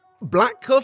Black